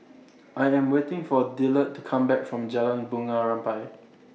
I Am waiting For Dillard to Come Back from Jalan Bunga Rampai